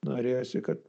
norėjosi kad